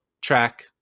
track